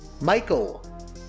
Michael